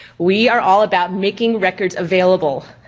we are all about making records available.